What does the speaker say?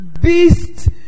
beast